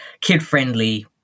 kid-friendly